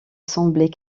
semblait